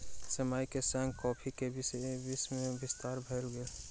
समय के संग कॉफ़ी के विश्व में विस्तार भेल